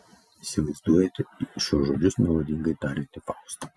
įsivaizduojate šiuos žodžius melodingai tariantį faustą